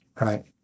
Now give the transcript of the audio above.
Right